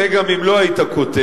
זה גם אם לא היית כותב,